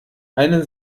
einen